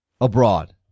abroad